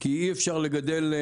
כי אי אפשר לגדל,